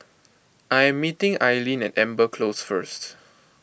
I am meeting Aileen at Amber Close first